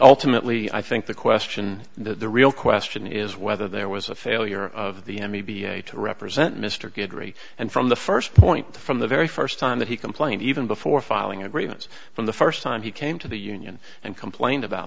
ultimate lee i think the question the real question is whether there was a failure of the n b a to represent mr guidry and from the first point from the very first time that he complained even before filing a grievance from the first time he came to the union and complained about